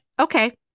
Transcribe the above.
okay